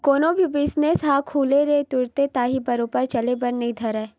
कोनो भी बिजनेस ह खोले ले तुरते ताही बरोबर चले बर नइ धरय